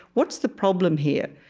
what's the problem here?